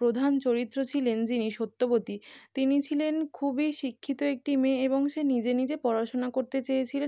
প্রধান চরিত্র ছিলেন যিনি সত্যবতী তিনি ছিলেন খুবই শিক্ষিত একটি মেয়ে এবং সে নিজে নিজে পড়াশোনা করতে চেয়েছিলেন